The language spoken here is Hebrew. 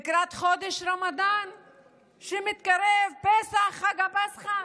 לקראת חודש רמדאן שמתקרב, לקראת פסח, חג הפסחא.